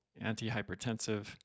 anti-hypertensive